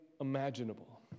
imaginable